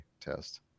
test